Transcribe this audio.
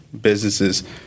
Businesses